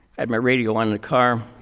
had my radio in the car.